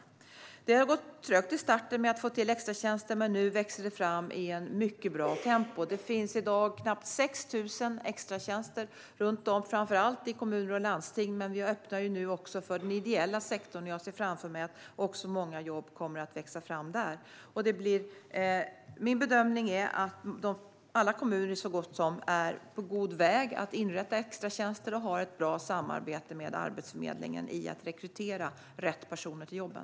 Att få till extratjänster har gått trögt i starten, men nu växer sådana fram i ett mycket bra tempo. Det finns i dag nästan 6 000 extratjänster runt om i landet. De finns framför allt i kommuner och landsting, men vi öppnar nu också för den ideella sektorn. Jag ser framför mig att många jobb kommer att växa fram där. Min bedömning är att så gott som alla kommuner är på god väg att inrätta extratjänster och har ett bra samarbete med Arbetsförmedlingen när det gäller att rekrytera rätt personer till jobben.